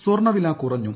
സ്വർണ്ണവില കുറഞ്ഞു